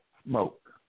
Smoke